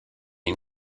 une